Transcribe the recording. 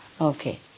Okay